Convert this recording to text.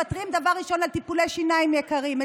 דבר ראשון מוותרים על טיפולי שיניים יקרים.